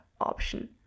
option